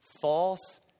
false